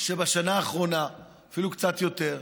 שבשנה האחרונה, אפילו קצת יותר,